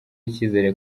icyizere